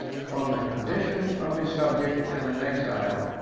from the condition of a subject and an exile,